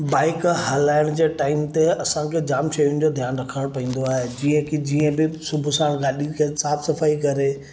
bike हलाइण जे time ते असांखे जाम शयुनि जो ध्यानु रखणु पईंदो आहे जीअं कि जीअं बि सुबुह असां ॻाॾी खे साफ़ु सफ़ाई करे